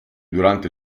durante